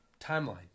timeline